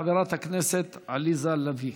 חברת הכנסת עליזה לביא.